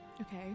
Okay